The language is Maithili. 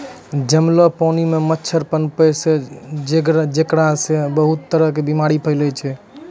जमलो पानी मॅ मच्छर पनपै छै जेकरा सॅ बहुत तरह के बीमारी फैलै छै